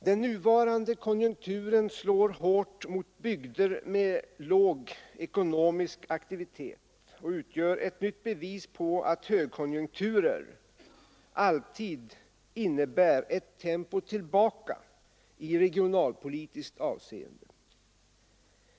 Den nuvarande konjunkturen slår hårt mot bygder med låg ekonomisk aktivitet och utgör ett nytt bevis på att högkonjunkturer alltid innebär ett steg tillbaka i regionalpolitiskt avseende.